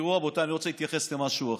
תראו, רבותיי, אני רוצה להתייחס למשהו אחר.